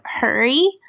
hurry